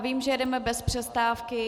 Vím, že jedeme bez přestávky.